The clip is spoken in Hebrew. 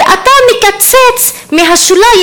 ואתה מקצץ מהשוליים,